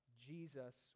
Jesus